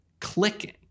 clicking